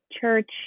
church